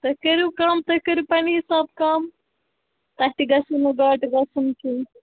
تُہۍ کٔرِو کٲم تُہۍ کٔرِو پَنٕنہِ حِساب کَم تۄہہِ تہِ گژھِو نہٕ گاٹہٕ گژھُن کیٚنٛہہ